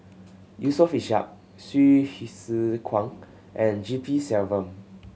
Yusof Ishak Hsu Tse Kwang and G P Selvam